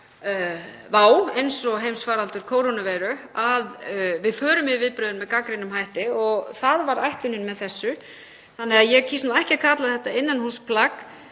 vá eins og heimsfaraldur kórónuveiru að við förum yfir viðbrögðin með gagnrýnum hætti og það var ætlunin með þessu. Ég kýs nú ekki að kalla þetta innanhússplagg